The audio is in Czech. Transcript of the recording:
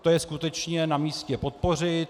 To je skutečně namístě podpořit.